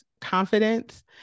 confidence